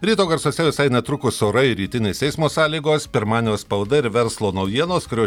ryto garsuose visai netrukus orai rytinės eismo sąlygos pirmadienio spauda ir verslo naujienos kurio